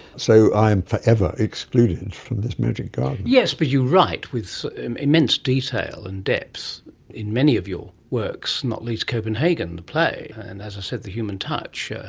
so i am forever excluded from this magic garden. yes, but you write with immense detail and depth in many of your works, not least copenhagen the play and, as i said, the human touch. yeah